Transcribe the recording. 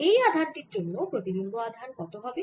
এই আধানটির জন্য প্রতিবিম্ব আধান কত হবে